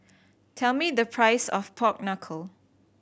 tell me the price of pork knuckle